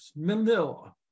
manila